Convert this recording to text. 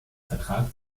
vertrag